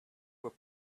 were